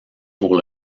pour